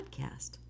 podcast